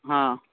हँ